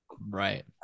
Right